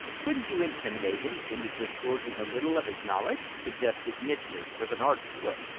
couldn't you intimidate him into disgorging a little of his knowledge? suggested midgley, with an arch look.